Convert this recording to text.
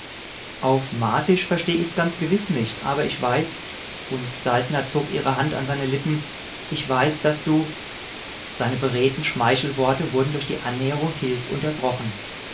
auf martisch versteh ich's ganz gewiß nicht aber ich weiß und saltner zog ihre hand an seine lippen ich weiß daß du seine beredten schmeichelworte wurden durch die annäherung hils unterbrochen